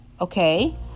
Okay